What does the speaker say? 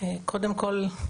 קודם כל,